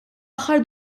aħħar